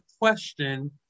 question